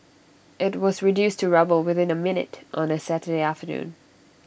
IT was reduced to rubble within A minute on A Saturday afternoon